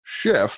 Shift